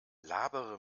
labere